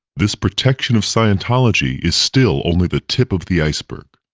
this protection of scientology is still only the tip of the iceberg.